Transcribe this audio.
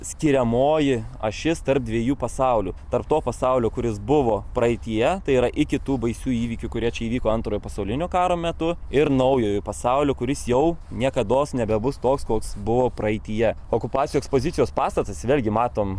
skiriamoji ašis tarp dviejų pasaulių tarp to pasaulio kuris buvo praeityje tai yra iki tų baisių įvykių kurie čia įvyko antrojo pasaulinio karo metu ir naujojo pasaulio kuris jau niekados nebebus toks koks buvo praeityje okupacijų ekspozicijos pastatas vėlgi matom